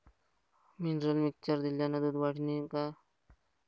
Mineral mixture दिल्यानं दूध वाढीनं का?